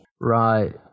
Right